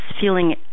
feeling